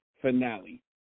finale